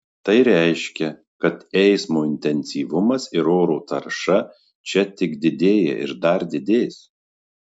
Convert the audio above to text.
tai reiškia kad eismo intensyvumas ir oro tarša čia tik didėja ir dar didės